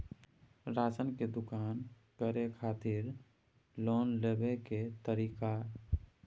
Ration के दुकान करै खातिर लोन लेबै के तरीका?